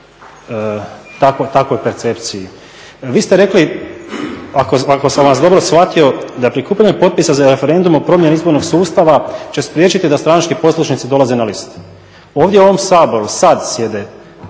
takvoj percepciji. Vi ste rekli ako sam vas dobro shvatio da prikupljanje popisa za referendum o promjeni izbornog sustava će spriječiti da stranački poslušnici dolaze na liste. Ovdje u ovom Saboru sada sjede